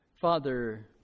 Father